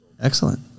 Excellent